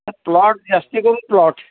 plot जास्त करून plot